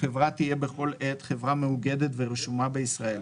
החברה תהיה בכל עת חברה מאוגדת ורשומה בישראל,